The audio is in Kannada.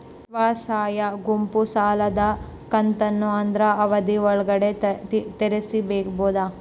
ಸ್ವಸಹಾಯ ಗುಂಪು ಸಾಲದ ಕಂತನ್ನ ಆದ್ರ ಅವಧಿ ಒಳ್ಗಡೆ ತೇರಿಸಬೋದ?